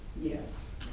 Yes